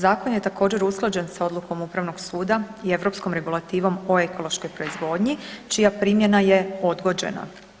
Zakon je također usklađen sa odlukom Upravnog suda i europskom regulativom o ekološkoj proizvodnji čija primjena je odgođena.